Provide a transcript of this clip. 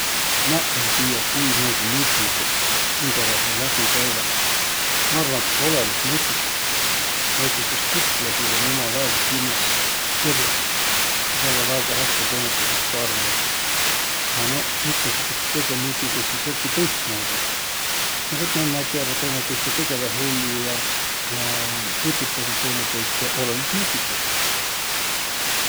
Maq ei tiiäq, kuimuudu mutiguq hindävaihõl läbi käüväq. Ma arva, et olõnõs mutikust. Näütüses kuklaisil um uma väega kimmäs kõrd, nä saavaq väega häste tõõnõtõõsõst arvo. A noq, mitmõsugudsõq tõõsõq mutiguq sis jälki tõistmuudu. No vet nä nägeväq tõõnõtõist ja tegeväq hellü ja, ja pututasõq tõõnõtõist ja, olõnõs mutikust.